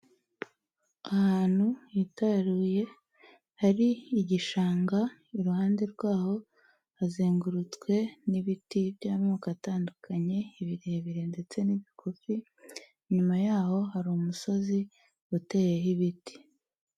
Ahantu hihitaruye hari igishanga, iruhande rwaho hazengurutswe n'ibiti by'amoko atandukanye birebire ndetse n'ibigufi, inyuma yaho hari umusozi uteyeho ibiti.